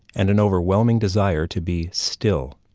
and an overwhelming desire to be still.